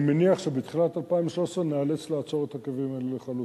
אני מניח שבתחילת 2013 ניאלץ לעצור את הקווים האלה לחלוטין.